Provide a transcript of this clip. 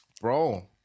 bro